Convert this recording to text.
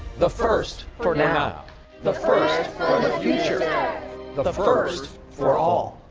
the first, for now the first, for the future the the first for all.